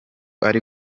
ari